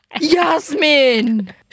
Yasmin